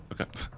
Okay